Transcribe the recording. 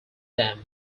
dam